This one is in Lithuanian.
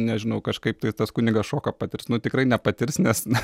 nežinau kažkaip tais tas kunigas šoką patirts nu tikrai nepatirs nes na